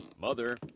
mother